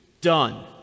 Done